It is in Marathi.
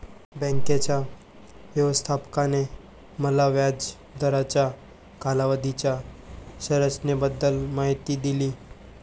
बँकेच्या व्यवस्थापकाने मला व्याज दराच्या कालावधीच्या संरचनेबद्दल माहिती दिली